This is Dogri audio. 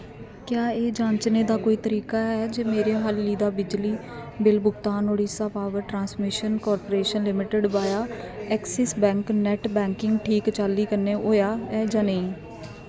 क्या एह् जांचने दा कोई तरीका ऐ जे मेरे हाली दा बिजली बिल भुगतान Odisha Power Transmission Corporation Limited via Axis Bank net banking च ठीक चाल्ली कन्नै होआ ऐ जां नेईं